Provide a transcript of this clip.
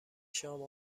شام